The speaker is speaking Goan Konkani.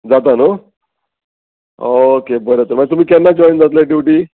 जाता न्हू ओके बरें आसा मागीर तुमी केन्ना जॉयन जातलें ड्युटी